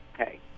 Okay